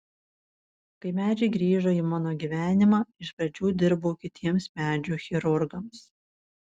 kai medžiai grįžo į mano gyvenimą iš pradžių dirbau kitiems medžių chirurgams